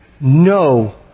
no